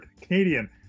Canadian